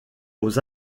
aux